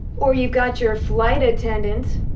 or, you've got your flight attendant